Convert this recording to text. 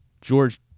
George